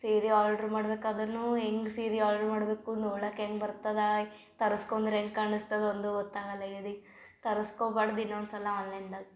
ಸೀರೆ ಆರ್ಡ್ರ್ ಮಾಡ್ಬೇಕು ಅದನ್ನು ಹೆಂಗೆ ಸೀರೆ ಆರ್ಡ್ರ್ ಮಾಡಬೇಕು ನೋಳಕ್ ಹೆಂಗೆ ಬರ್ತದಾ ತರಸ್ಕೊಂದ್ರೆ ಹೆಂಗೆ ಕಾಣಸ್ತದೆ ಒಂದು ಗೊತ್ತಾಗಲ್ಲ ಎದಿ ತರಸ್ಕೊಬಾಡ್ದು ಇನ್ನೊಂದು ಸಲ ಆನ್ಲೈನ್ದಾಗ